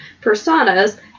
personas